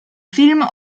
film